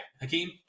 Hakeem